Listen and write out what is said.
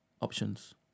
options